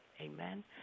Amen